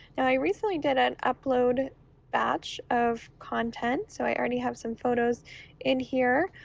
i recently did an upload batch of content, so i already have some photos in here.